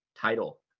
title